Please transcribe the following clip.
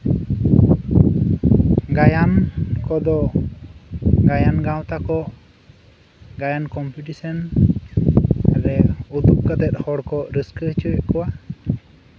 ᱜᱟᱭᱟᱱ ᱠᱚᱫᱚ ᱜᱟᱭᱟᱱ ᱜᱟᱶᱛᱟ ᱠᱚ ᱜᱟᱭᱟᱱ ᱠᱚᱢᱯᱤᱴᱤᱥᱮᱱ ᱨᱮ ᱩᱫᱩᱜ ᱠᱟᱛᱮ ᱦᱚᱲ ᱠᱚ ᱨᱟᱹᱥᱠᱟᱹ ᱦᱚᱪᱚᱭᱮᱫ ᱠᱚᱣᱟ